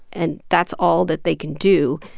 and that's all that they can do,